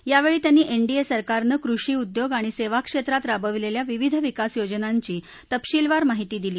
यावेळी त्यांनी एनडीए सरकारनं कृषी उद्योग आणि सेवा क्षेत्रात राबवलेल्या विविध विकास योजनांची तपशीलवार माहिती दिली